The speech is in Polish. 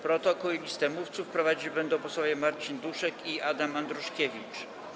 Protokół i listę mówców prowadzić będą posłowie Marcin Duszek i Adam Andruszkiewicz.